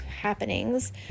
happenings